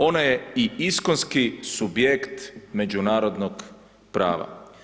Ona je i iskonski subjekt međunarodnog prava.